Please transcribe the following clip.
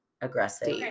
aggressive